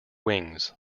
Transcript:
wings